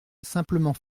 simplement